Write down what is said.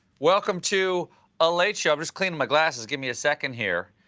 welcome to a late show. i'm just cleaning my glasses. give me a second here.